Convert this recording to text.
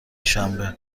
شنبه